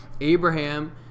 Abraham